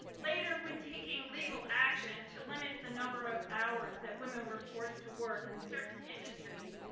later when taking legal action to limit the number of hours that women were forced to work in certain industries,